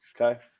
okay